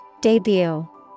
Debut